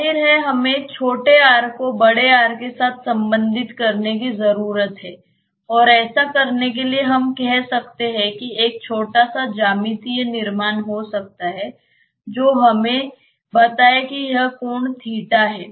जाहिर है हमें r को R के साथ संबंधित करने की जरूरत है और ऐसा करने के लिए हम कह सकते हैं कि एक छोटा सा ज्यामितीय निर्माण हो सकता है जो हमें बताए कि यह कोण है